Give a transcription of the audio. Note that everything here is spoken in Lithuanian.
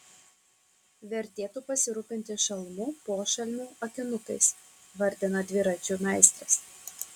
vertėtų pasirūpinti šalmu pošalmiu akinukais vardina dviračių meistras